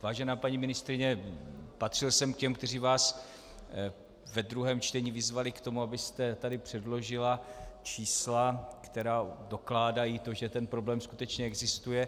Vážená paní ministryně, patřil jsem k těm, kteří vás ve druhém čtení vyzvali k tomu, abyste tady předložila čísla, která dokládají to, že ten problém skutečně existuje.